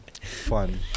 Fun